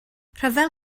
rhyfel